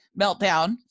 meltdown